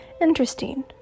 interesting